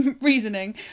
reasoning